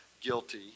guilty